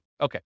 Okay